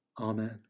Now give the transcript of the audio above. Amen